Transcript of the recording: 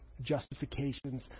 justifications